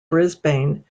brisbane